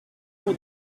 mon